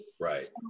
Right